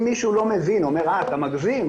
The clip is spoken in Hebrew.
אם מישהו לא מבין, אומר 'אה, אתה מגזים.